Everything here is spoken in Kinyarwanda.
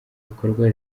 bikorwa